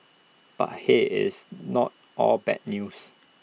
but hey IT is not all bad news